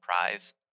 prize